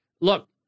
Look